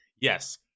Yes